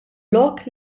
lok